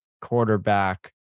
quarterback